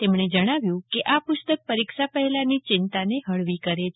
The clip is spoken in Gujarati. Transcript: તેમણે જણાવ્યું કે આ પુસ્તક પરિક્ષા પહેલાની ચિંતાહળવી કરે છે